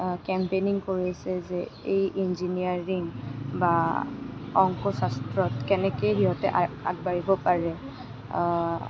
campaigning কৰিছে যে এই ইঞ্জিনিয়াৰিং বা অংকশাস্ত্ৰত কেনেকৈ সিহঁতে আ আগবাঢ়িব পাৰে